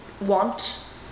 Want